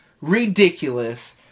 ridiculous